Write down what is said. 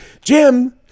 Jim